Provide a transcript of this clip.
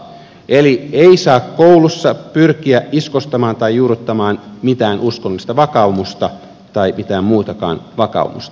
eli ei saa koulussa pyrkiä iskostamaan tai juurruttamaan mitään uskonnollista vakaumusta tai mitään muutakaan vakaumusta